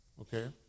Okay